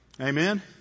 Amen